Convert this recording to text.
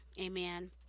Amen